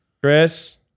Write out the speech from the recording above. Chris